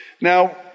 Now